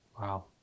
wow